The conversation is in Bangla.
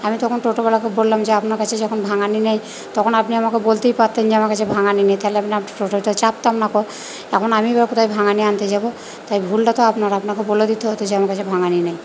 আমি তখন টোটোওয়ালাকে বললাম যে আপনার কাছে যখন ভাঙানি নেই তখন আপনি আমাকে বলতেই পারতেন যে আমার কাছে ভাঙানি নেই তাহলে আমি টোটোটা চাপতাম নাকো এখন আমিই বা কোথায় ভাঙানি আনতে যাব তাই ভুলটা তো আপনার আপনাকে বলে দিতে হতো যে আমার কাছে ভাঙানি নেই